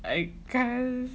I can